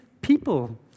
people